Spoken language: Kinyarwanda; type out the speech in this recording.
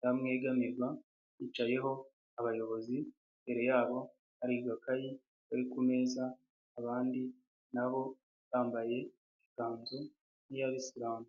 zamwegamirwa zicayeho abayobozi, imbere yabo hari agakayi kari ku meza abandi na bo bambaye ikanzu nk'iy'abisilamu.